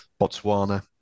Botswana